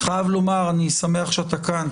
חייב לומר שאני שמח שאתה כאן.